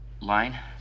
Line